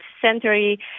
century